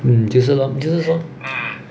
mm 就是 lor 就是说